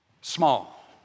small